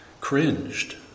cringed